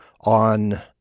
on